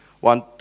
one